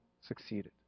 succeeded